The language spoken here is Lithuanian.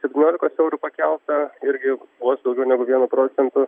septyniolikos eurų pakelta irgi vos daugiau negu vienu procentu